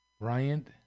Bryant